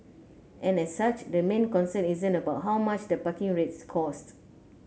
and as such the main concern isn't about how much the parking rates cost